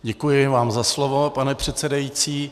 Děkuji vám za slovo, pane předsedající.